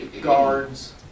guards